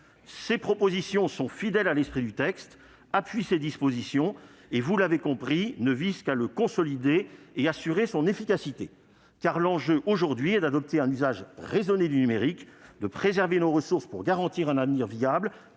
Ces propositions sont fidèles à l'esprit du texte, appuient ses dispositions et, vous l'avez compris, ne visent qu'à le consolider et à assurer son efficacité. L'enjeu, aujourd'hui, est d'adopter un usage raisonné du numérique et de préserver nos ressources pour garantir un avenir viable.